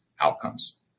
outcomes